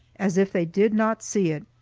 as if they did not see it.